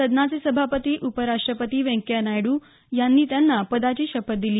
सदनाचे सभापती उपराष्ट्रपती व्यंकय्या नायडू यांनी त्यांना पदाची शपथ दिली